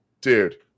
dude